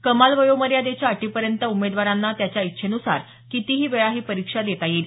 कमाल वयोमयादेच्या अटीपर्यंत उमेदवारांना त्याच्या इच्छेन्सार कितीही वेळा ही परीक्षा देता येईल